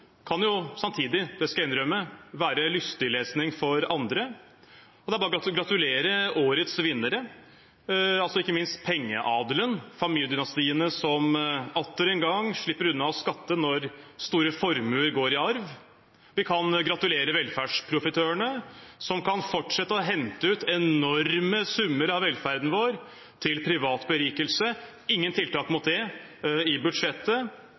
samtidig – det skal jeg innrømme – være lystig lesning for andre. Det er bare å gratulere årets vinnere, ikke minst pengeadelen, familiedynastiene som atter en gang slipper unna å skatte når store formuer går i arv. Vi kan gratulere velferdsprofitørene, som kan fortsette å hente ut enorme summer fra velferden vår til privat berikelse. Det er ingen tiltak mot det i budsjettet.